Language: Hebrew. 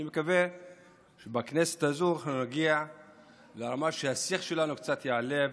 אני מקווה שבכנסת הזאת אנחנו נגיע לרמה שהשיח שלנו קצת יעלה,